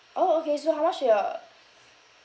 orh okay so how much your